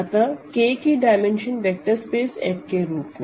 अतः K की dimension vector space F के रूप में